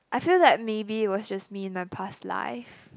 I feel that maybe it was just me in my past life